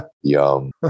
yum